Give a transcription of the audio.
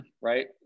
Right